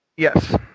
Yes